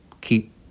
keep